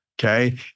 okay